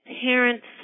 parents